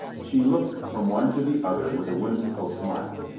she looked from one to the other with a whimsical smile.